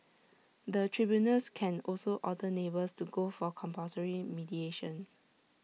the tribunals can also order neighbours to go for compulsory mediation